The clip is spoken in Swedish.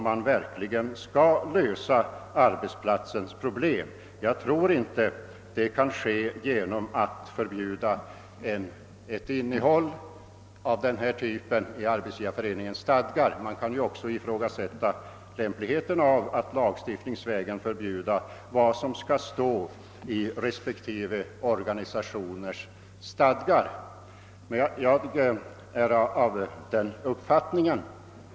Jag tror inte att det kan ske genom att en viss paragraf i = Arbetsgivareföreningens stadgar förbjuds. Lämpligheten av alt lagstiftningsvägen bestämma vad som skall stå i respektive organisationers stadgar kan också diskuteras.